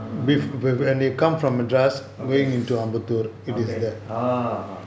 okay okay orh orh orh